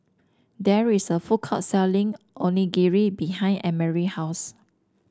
there is a food court selling Onigiri behind Emery house